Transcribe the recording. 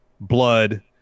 blood